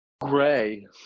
Gray